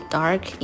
dark